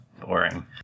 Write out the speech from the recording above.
Boring